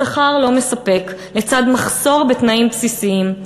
שכר לא מספק לצד מחסור בתנאים בסיסיים.